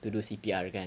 to do C_P_R that kind